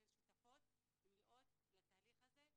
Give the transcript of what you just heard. שהן שותפות מלאות לתהליך הזה.